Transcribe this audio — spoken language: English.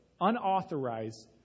unauthorized